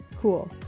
cool